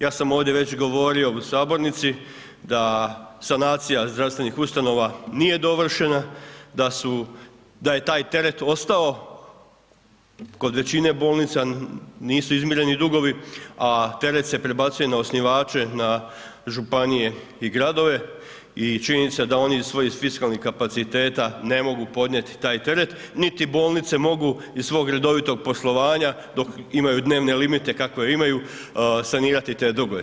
Ja sam ovdje već govorio u sabornici da sanacija zdravstvenih ustanova nije dovršena, da je taj teret ostao, kod većina bolnica nisu izmireni dugovi a teret se prebacuje na osnivače, na županije i gradove i činjenica da oni iz svojih fiskalnih kapaciteta ne mogu podnijeti taj teret niti bolnice mogu iz svog redovitog poslovanja dok imaju dnevne limite kakve imaju, sanirati te dugove.